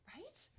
Right